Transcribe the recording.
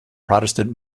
protestant